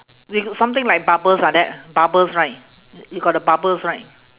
they got something like bubbles like that bubbles right you got the bubbles right